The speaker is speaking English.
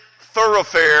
thoroughfare